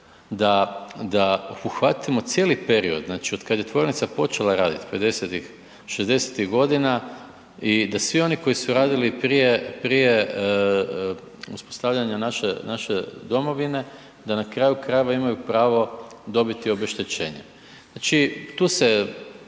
da uhvatimo cijeli period, znači otkad je tvornica počela radit '50.-tih, '60.-tih godina i da svi oni koji su radili prije uspostavljanja naše domovine da na kraju krajeva imaju pravo dobiti obeštećenje, znači tu se